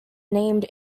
named